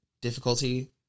difficulty